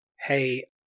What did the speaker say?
hey